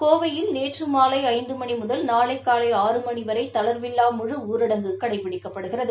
கோவையில் நேற்று மாலை ஐந்து மணி முதல் நாளை காலை ஆறு மணி வரை தளர்வில்லா முழு ஊரடங்கு கடைபிடிக்கப்படுகிறது